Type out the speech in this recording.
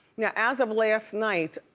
yeah as of last night,